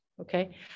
Okay